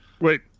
wait